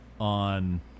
on